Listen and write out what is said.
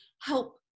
help